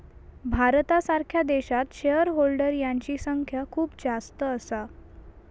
भारतासारख्या देशात share holder यांची संख्या खूप जास्त असा